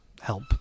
help